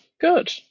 good